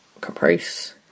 Caprice